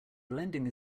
blending